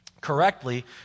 correctly